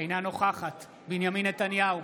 אינה נוכחת בנימין נתניהו,